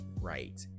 right